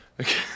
Okay